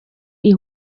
iyi